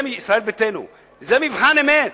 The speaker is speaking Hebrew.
זה מבחן אמת.